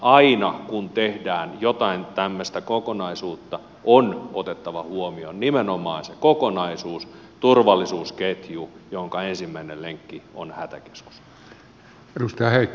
aina kun tehdään jotain tämmöistä kokonaisuutta on otettava huomioon nimenomaan se kokonaisuus turvallisuusketju jonka ensimmäinen lenkki on hätäkeskus